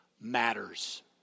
matters